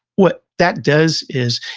what that does is,